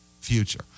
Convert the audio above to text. future